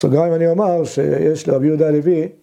ב‫סוגריים אני אומר שיש לרבי יהודה הלוי...